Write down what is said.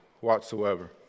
whatsoever